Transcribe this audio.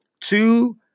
two